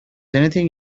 anything